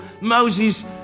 Moses